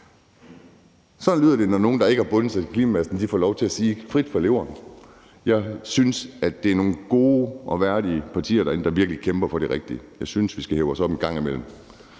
Sådan lyder det, når nogle, der ikke har bundet sig til klimamasten, får lov til at tale frit fra leveren. Jeg synes, at der er nogle gode og værdige partier herinde, der virkelig kæmper for det rigtige. Jeg synes, vi skal hæve os op en gang imellem